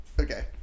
okay